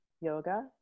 yoga